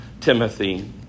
Timothy